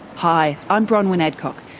hi, i'm bronwyn adcock,